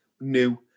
new